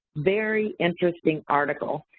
very interesting article.